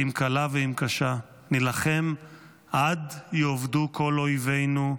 אם קלה ואם קשה, נילחם עד יאבדו כל אויבינו,